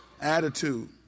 Attitude